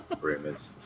Rumors